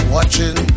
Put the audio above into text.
Watching